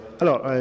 Alors